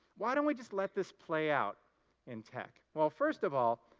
why don't we just let this play out in tech? well, first of all,